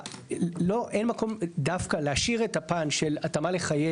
אין מקום דווקא להשאיר את הפן של התאמה לחיים